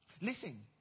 Listen